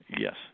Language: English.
Yes